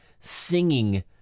singing